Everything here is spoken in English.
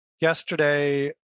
Yesterday